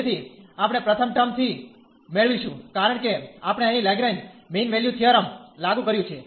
તેથી આપણે પ્રથમ ટર્મ થી મેળવીશું કારણ કે આપણે અહીં લગ્રરેંજ મીન વેલ્યુ થીયરમ લાગુ કર્યું છે